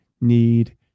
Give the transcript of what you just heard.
need